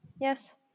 yes